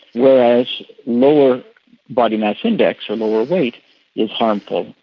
whereas lower body mass index or lower weight is harmful,